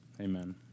Amen